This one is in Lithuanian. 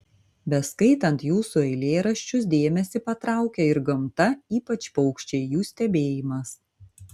beskaitant jūsų eilėraščius dėmesį patraukia ir gamta ypač paukščiai jų stebėjimas